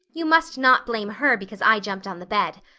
you must not blame her because i jumped on the bed.